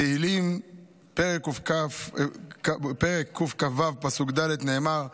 בתהלים פרק קכ"ו פסוק ד' נאמר: